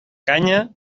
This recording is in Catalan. canya